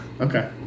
Okay